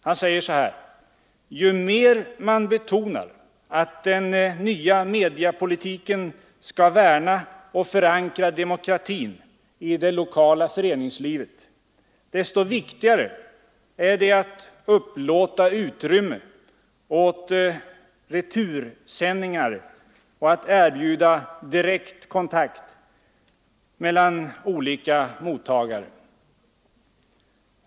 Han säger: ”Ju mer man betonar att den nya mediapolitiken skall värna och förankra demokratin i det lokala föreningslivet, desto viktigare är det att upplåta utrymme åt retursändningar och att erbjuda direkt kontakt mellan olika mottagare.